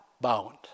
bound